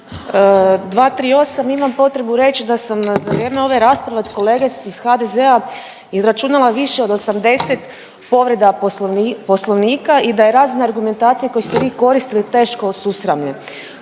238., imam potrebu reći da sam za vrijeme ove rasprave od kolega iz HDZ-a izračunala više od 80 povreda Poslovnika i da je razina argumentacije koju ste vi koristila teško susramlje.